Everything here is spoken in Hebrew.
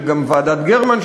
יש גם ועדת גרמן,